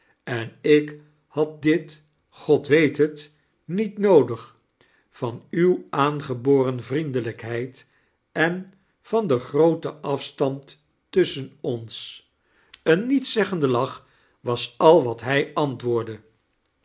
en ik had dit god weet het niet noodig van uwe aangeboren vriendelijkheid en van den grooten afstand tusschen ons een niets zeggende lach was al wat hij antwoordde